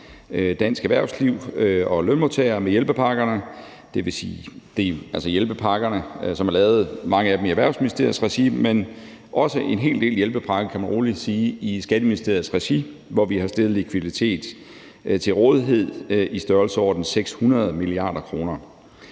dansk erhvervsliv og lønmodtagere med hjælpepakkerne, dvs. de hjælpepakker, som for manges vedkommende er lavet i Erhvervsministeriets regi, men også en hel del hjælpepakker, kan man roligt sige, i Skatteministeriets regi, hvor vi har stillet likviditet til rådighed i størrelsesordenen 600 mia. kr.